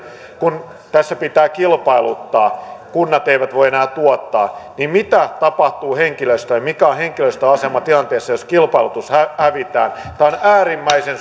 kun tässä pitää kilpailuttaa kunnat eivät voi enää tuottaa mitä tapahtuu henkilöstölle lähihoitajille sairaanhoitajille kätilöille mikä on henkilöstön asema tilanteessa jossa kilpailutus hävitään tämä on äärimmäisen